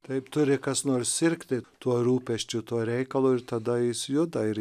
taip turi kas nors sirgti tuo rūpesčiu tuo reikalu ir tada jis juda ir